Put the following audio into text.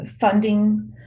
funding